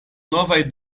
novaj